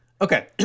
Okay